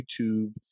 YouTube